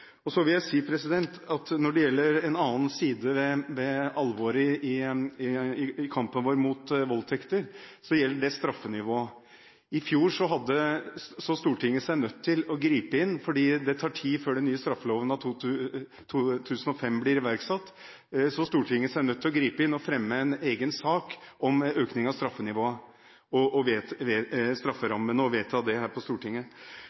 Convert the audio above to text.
fjor så Stortinget seg nødt til å gripe inn – det tar tid før den nye straffeloven av 2005 blir iverksatt – og fremme en egen sak om økning av straffenivået og strafferammene, og vedta den her på Stortinget.